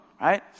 right